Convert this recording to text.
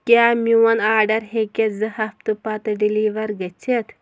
کیٛاہ میون آڈَر ہیٚکیٛاہ زٕ ہفتہٕ پَتہٕ ڈِلیٖوَر گٔژھِتھ